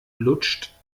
lutscht